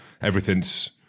Everything's